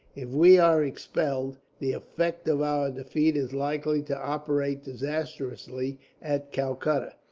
if we are expelled, the effect of our defeat is likely to operate disastrously at calcutta,